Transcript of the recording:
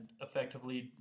effectively